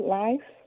life